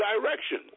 direction